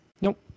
Nope